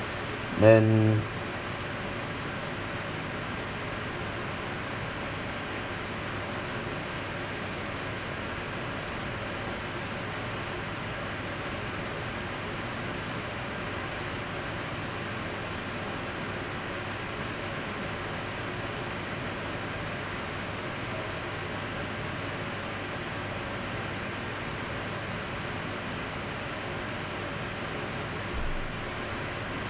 then